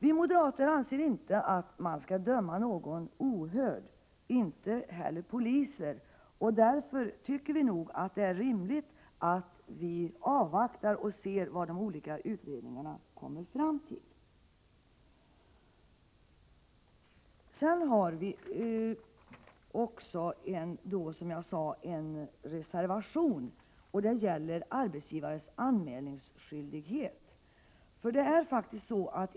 Vi moderater anser inte att någon skall dömas ohörd, inte heller poliser, och därför finner vi det rimligt att avvakta resultatet av de olika utredningarna. Vi har, som jag sade, avgett en reservation om arbetsgivares anmälningsskyldighet.